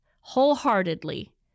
wholeheartedly